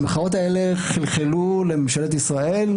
והמחאות האלה חלחלו לממשלת ישראל,